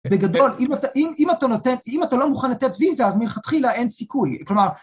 בגדול אם אתה לא מוכן לתת ויזה אז מלכתחילה אין סיכוי, כלומר